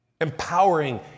Empowering